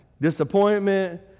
Disappointment